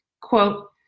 Quote